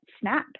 snap